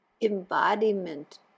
embodiment